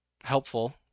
helpful